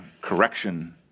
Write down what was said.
correction